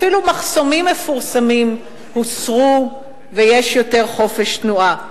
אפילו מחסומים מפורסמים הוסרו ויש יותר חופש תנועה.